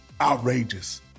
outrageous